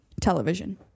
Television